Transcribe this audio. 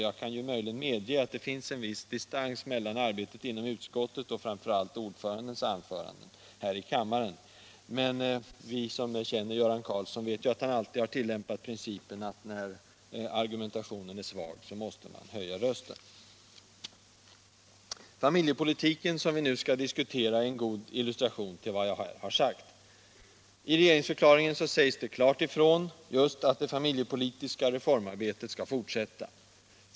Jag kan möjligen medge att det finns en viss distans mellan arbetet i utskottet och framför allt utskottsordförandens anförande här i kammaren. Men vi som känner Göran Karlsson vet att han alltid har tillämpat principen att när argumenten är svaga måste man höja rösten. Familjepolitiken, som vi nu skall diskutera, är en god illustration till vad jag nu har sagt. I regeringsförklaringen sägs klart ifrån just att det familjepolitiska reformarbetet skall fortsätta.